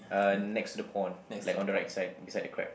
uh next to the pond like on the right side beside the crab